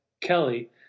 Kelly